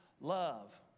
Love